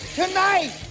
tonight